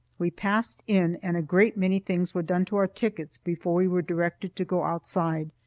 we passed in and a great many things were done to our tickets before we were directed to go outside,